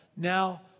Now